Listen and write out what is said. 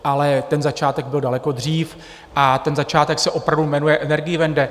Ale ten začátek byl daleko dřív a ten začátek se opravdu jmenuje Energiewende.